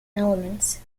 elements